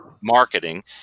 marketing